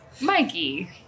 Mikey